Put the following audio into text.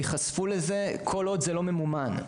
יחשפו לזה כל עוד זה לא ממומן,